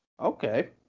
Okay